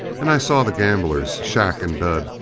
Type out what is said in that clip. and i saw the gamblers, shac and dud,